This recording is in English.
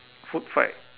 food fight